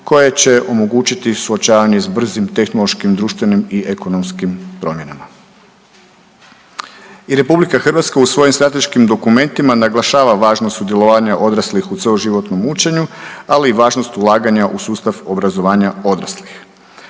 koje će omogućiti suočavanje s brzim tehnološkim društvenim i ekonomskim promjenama. I RH u svojim strateškim dokumentima naglašava važnost sudjelovanja odraslih u cjeloživotnom učenju, ali važnost ulaganja u sustav obrazovanja odraslih.